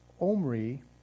Omri